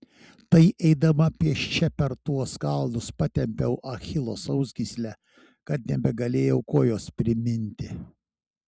tai eidama pėsčia per tuos kalnus patempiau achilo sausgyslę kad nebegalėjau kojos priminti